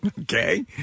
Okay